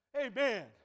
Amen